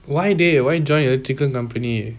why dey why joined a chicken company